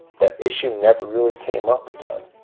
the issue never really came up again